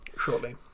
shortly